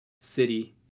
City